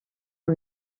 are